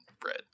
bread